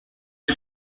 are